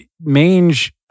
mange